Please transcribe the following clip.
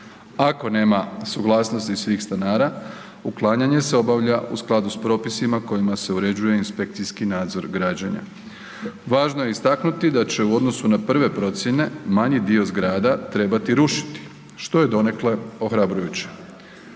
Ako nema suglasnosti svih stanara uklanjanje se obavlja u skladu s propisima kojima se uređuje inspekcijski nadzor građenja. Važno je istaknuti da će u odnosu na prve procijene manji dio zgrada trebati rušiti, što je donekle ohrabrujuće.